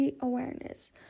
awareness